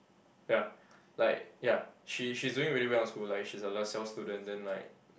ya like ya she she's doing really well in school like she's LaSalle student then like